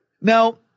Now